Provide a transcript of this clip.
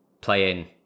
playing